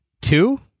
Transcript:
Two